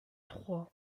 trois